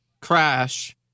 crash